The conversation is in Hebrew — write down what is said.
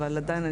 אבל עדיין,